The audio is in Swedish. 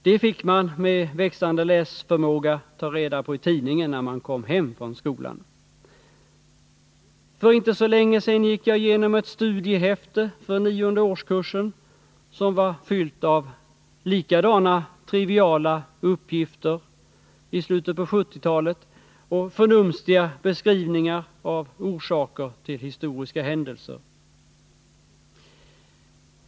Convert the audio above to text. Det fick man med växande läsförmåga ta reda på i tidningen när man kom hem från skolan. För inte så länge sedan gick jag igenom ett studiehäfte för nionde årskursen som var fyllt av likadana triviala uppgifter i slutet på 1970-talet och förnumstiga beskrivningar av orsaker till historiska händelser.